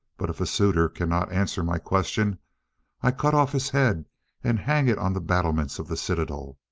but if a suitor cannot answer my question i cut off his head and hang it on the battlements of the citadel.